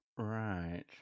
Right